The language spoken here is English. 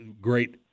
great